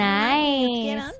nice